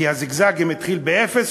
כי הזיגזגים מתחיל באפס,